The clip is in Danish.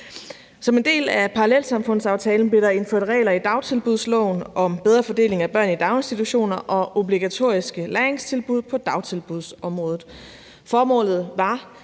Som en del af parallelsamfundsaftalen blev der indført regler i dagtilbudsloven om bedre fordeling af børn i daginstitutioner og obligatoriske læringstilbud på dagtilbudsområdet. Formålet var